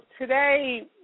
today